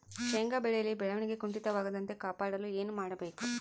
ಶೇಂಗಾ ಬೆಳೆಯಲ್ಲಿ ಬೆಳವಣಿಗೆ ಕುಂಠಿತವಾಗದಂತೆ ಕಾಪಾಡಲು ಏನು ಮಾಡಬೇಕು?